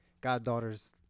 goddaughter's